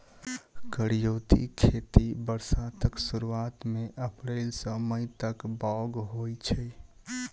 करियौती खेती बरसातक सुरुआत मे अप्रैल सँ मई तक बाउग होइ छै